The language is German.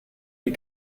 die